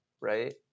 right